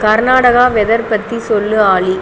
Karnataka weather பற்றி சொல் ஆலி